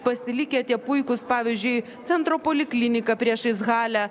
pasilikę tie puikūs pavyzdžiui centro poliklinika priešais halę